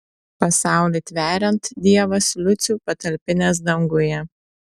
pasaulį tveriant dievas liucių patalpinęs danguje